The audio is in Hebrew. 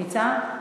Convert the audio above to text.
מיצה?